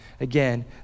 Again